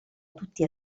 tutti